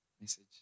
message